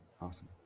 Awesome